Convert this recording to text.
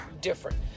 different